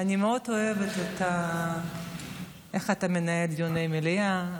אני מאוד אוהבת איך שאתה מנהל דיוני מליאה.